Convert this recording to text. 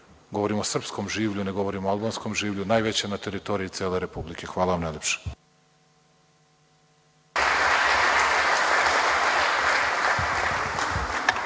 govorim o srpskom življu, ne govorim o albanskom življu, najveća na teritoriji cele Republike. Hala vam najlepše.(Slaviša